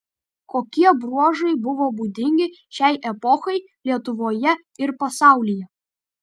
kokie bruožai buvo būdingi šiai epochai lietuvoje ir pasaulyje